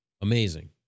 amazing